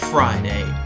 Friday